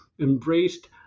embraced